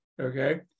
okay